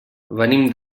venim